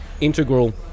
integral